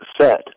set